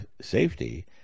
safety